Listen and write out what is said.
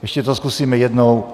Ještě to zkusíme jednou.